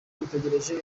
dutegereje